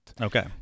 Okay